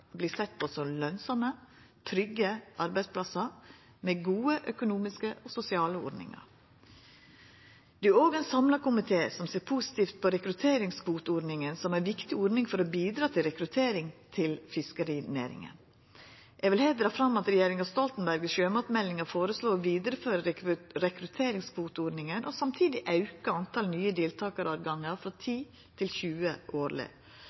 blir sett på som lønsame, trygge arbeidsplassar med gode økonomiske og sosiale ordningar. Det er òg ein samla komité som ser positivt på rekrutteringskvoteordninga som ei viktig ordning for å bidra til rekruttering til fiskerinæringa. Eg vil her dra fram at regjeringa Stoltenberg i sjømatmeldinga føreslo å vidareføre rekrutteringskvoteordninga og samtidig auka talet på nye deltakaråtgangar frå 10 til 20 årleg.